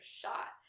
shot